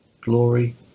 glory